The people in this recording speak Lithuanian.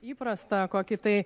įprasta kokį tai